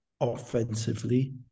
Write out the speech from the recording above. offensively